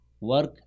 work